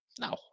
No